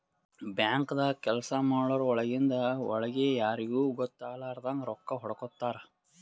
ಬ್ಯಾಂಕ್ದಾಗ್ ಕೆಲ್ಸ ಮಾಡೋರು ಒಳಗಿಂದ್ ಒಳ್ಗೆ ಯಾರಿಗೂ ಗೊತ್ತಾಗಲಾರದಂಗ್ ರೊಕ್ಕಾ ಹೊಡ್ಕೋತಾರ್